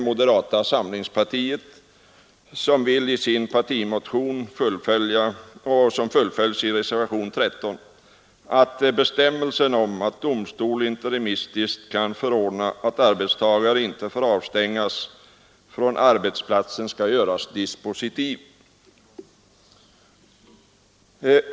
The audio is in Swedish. Moderata samlingspartiet vill i sin partimotion, som fullföljs i reservationen 13, att bestämmelsen om att domstol interimistiskt kan förordna att arbetstagare inte får avstängas från arbetsplatsen skall göras dispositiv.